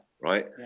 Right